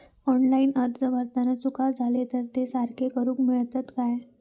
Online अर्ज भरताना चुका जाले तर ते सारके करुक मेळतत काय?